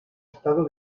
estado